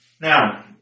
Now